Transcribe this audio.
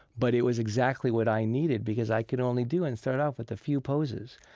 but it was exactly what i needed because i could only do and started off with a few poses.